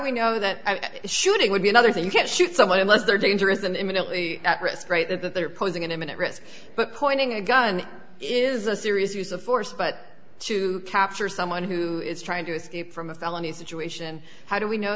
we know that shooting would be another thing you can't shoot someone unless they're danger is them imminently at risk right there that they're posing an imminent risk but pointing a gun is a serious use of force but to capture someone who is trying to escape from a felony situation how do we know